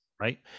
Right